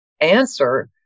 answer